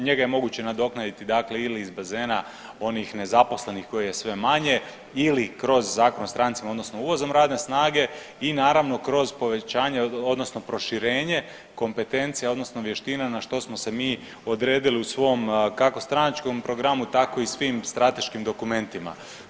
Njega je moguće nadoknaditi dakle ili iz bazena onih nezaposlenih kojih je sve manje ili kroz Zakon o strancima odnosno uvozom radne snage i naravno kroz povećanje odnosno proširenje kompetencija odnosno vještina na što smo se mi odredili u svom kako stranačkom programu tako i svim strateškim dokumentima.